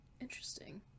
Interesting